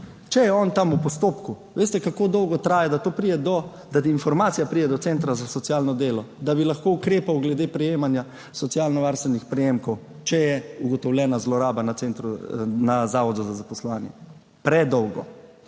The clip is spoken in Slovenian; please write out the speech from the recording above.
Če je on tam v postopku, veste, kako dolgo traja, da informacija pride do centra za socialno delo, da bi lahko ukrepal glede prejemanja socialnovarstvenih prejemkov, če je ugotovljena zloraba na zavodu za zaposlovanje? Predolgo.